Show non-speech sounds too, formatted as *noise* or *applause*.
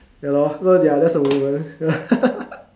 ya lor no ya that's the moment *laughs*